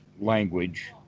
language